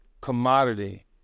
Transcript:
commodity